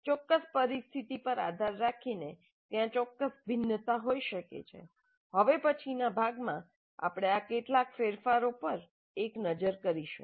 ચોક્કસ પરિસ્થિતિ પર આધાર રાખીને ત્યાં ચોક્કસ ભિન્નતા હોઈ શકે છે હવે પછીના ભાગમાં આપણે આ કેટલાક ફેરફારો પર એક નજર કરીશું